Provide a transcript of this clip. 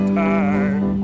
time